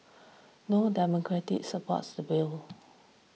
no Democrats supports the bill